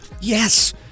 Yes